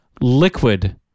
liquid